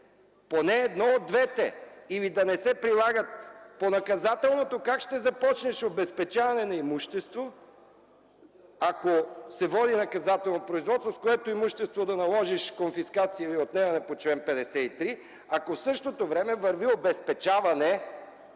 поне едно от двете, или да не се прилагат. По наказателното как ще започнеш обезпечаване на имущество, ако се води наказателно производство, на което имущество да наложиш конфискация или отнемане по чл. 53, ако в същото време върви обезпечаване